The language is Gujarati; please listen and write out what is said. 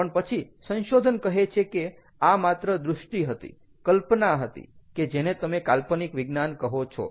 પણ પછી સંશોધન કહે છે કે આ માત્ર દૃષ્ટિ હતી કલ્પના હતી કે જેને તમે કાલ્પનિક વિજ્ઞાન કહો છો